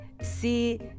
see